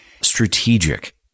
strategic